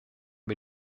wir